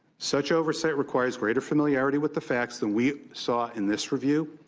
such oversight requires greater familiarity with the facts than we saw in this review,